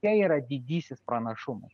tai yra didysis pranašumų